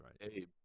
right